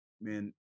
man